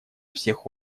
всех